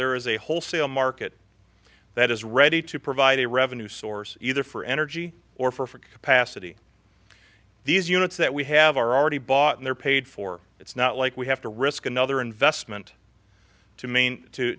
there is a wholesale market that is ready to provide a revenue source either for energy or for for capacity these units that we have are already bought and they're paid for it's not like we have to risk another investment to maine to